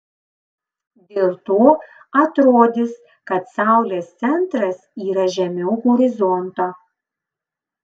dėl to atrodys kad saulės centras yra žemiau horizonto